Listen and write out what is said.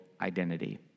identity